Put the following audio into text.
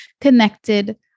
connected